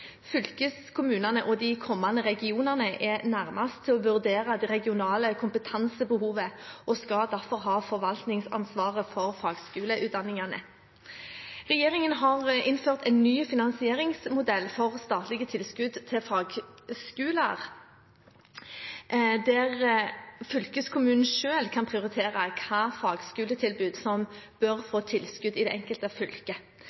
Fylkeskommunene og de kommende regionene er nærmest til å vurdere det regionale kompetansebehovet og skal derfor ha forvaltningsansvaret for fagskoleutdanningene. Regjeringen har innført en ny finansieringsmodell for statlige tilskudd til fagskoler, der fylkeskommunen selv kan prioritere hvilke fagskoletilbud som bør